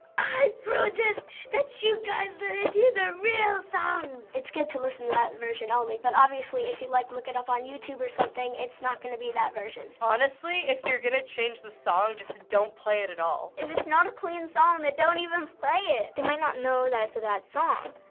i protest that you guys let us hear the real songs! it's good to listen to that version only. but obviously, if you like look it up on youtube or something, it's not gonna be that version. honestly, if you're gonna change the song, just don't play it at all. if it's not a clean song, then don't even play it. they might not know that it's a bad song.